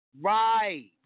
Right